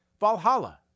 Valhalla